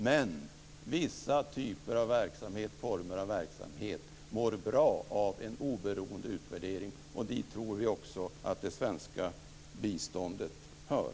Men vissa former av verksamhet mår bra av en oberoende utvärdering, och dit tror vi att det svenska biståndet hör.